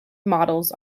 models